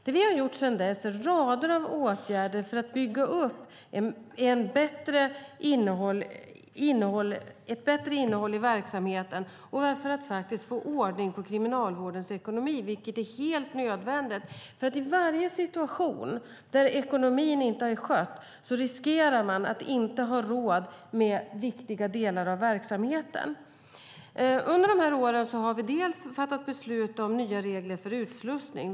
Det vi har gjort sedan dess är att vidta rader av åtgärder för att bygga upp ett bättre innehåll i verksamheten och för att få ordning på Kriminalvårdens ekonomi, vilket är helt nödvändigt. I varje situation där ekonomin inte är skött riskerar man att inte ha råd med viktiga delar av verksamheten. Under dessa år har vi fattat beslut om nya regler för utslussning.